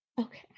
Okay